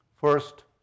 First